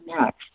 next